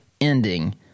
ending